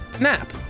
nap